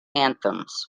anthems